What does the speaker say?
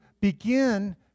begin